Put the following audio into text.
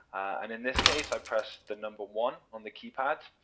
and in this case, i pressed the number one on the keypad.